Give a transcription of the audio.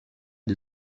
pas